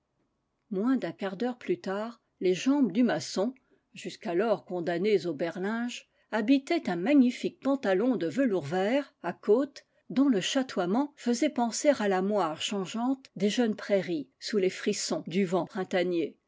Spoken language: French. moins d'un quart d'heure plus tard les jambes du maçon jusqu'alors condamnées au berlinge habitaient un magni fique pantalon de velours vert à côtes dont le chatoiement faisait penser à la moire changeante des jeunes prairies sous les frissons du vent printanier